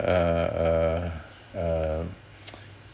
err err err